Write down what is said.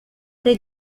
dai